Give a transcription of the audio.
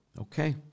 okay